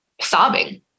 sobbing